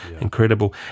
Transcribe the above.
Incredible